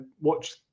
watch